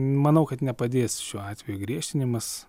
manau kad nepadės šiuo atveju griežtinimas